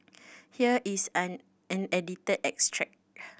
here is an edited extract